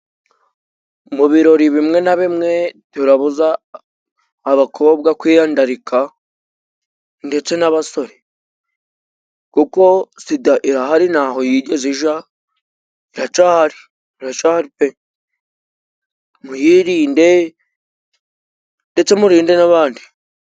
Mu birori bimwe na bimwe birabuza abakobwa kwiyandarika ndetse n'abasore kuko sida irahari ntaho yigeze ija, Iracahari, iracahari pe! Muyirinde ndetse muyirinde n'abandi.